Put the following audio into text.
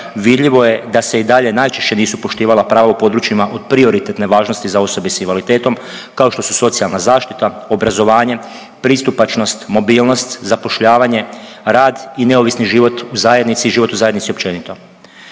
vidljivo je da se i dalje najčešće nisu poštivala prava u područjima od prioritetne važnosti za osobe s invaliditetom, kao što su socijalna zaštita, obrazovanje, pristupačnost, mobilnost, zapošljavanje, rad i neovisni život u zajednici i život u zajednici općenito.